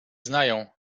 znają